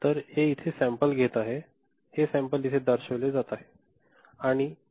तर हे इथे सॅम्पल घेत आहे हे सॅम्पल येथे दर्शविला जात आहे